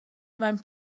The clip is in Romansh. vain